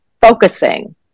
focusing